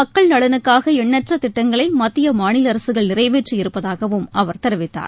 மக்கள் நலனுக்காக எண்ணற்ற திட்டங்களை மத்திய மாநில அரசுகள் நிறைவேற்றி இருப்பதாகவும் அவர் தெரிவித்தார்